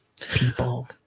people